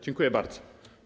Dziękuję bardzo.